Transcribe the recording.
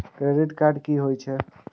Credit card की होय छै?